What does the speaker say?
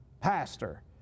pastor